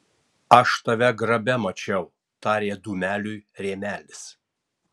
aš tave grabe mačiau tarė dūmeliui rėmelis